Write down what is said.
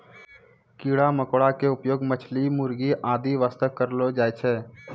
कीड़ा मकोड़ा के उपयोग मछली, मुर्गी आदि वास्तॅ करलो जाय छै